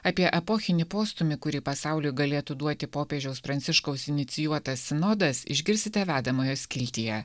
apie epochinį postūmį kurį pasauliui galėtų duoti popiežiaus pranciškaus inicijuotas sinodas išgirsite vedamojo skiltyje